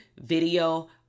video